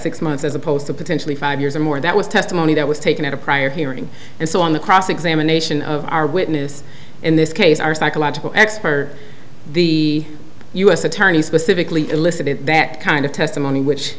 six months as opposed to potentially five years or more that was testimony that was taken at a prior hearing and so on the cross examination of our witness in this case our psychological expert the u s attorney specifically elicited that kind of testimony which